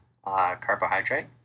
Carbohydrate